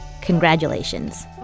congratulations